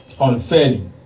unfairly